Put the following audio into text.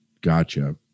gotcha